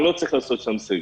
אני לא צריך לעשות שם סגר,